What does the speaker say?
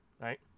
Right